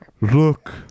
Look